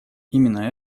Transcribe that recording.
именно